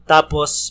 Tapos